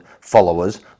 followers